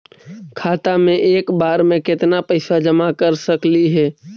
खाता मे एक बार मे केत्ना पैसा जमा कर सकली हे?